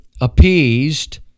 appeased